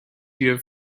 here